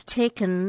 taken